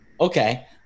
Okay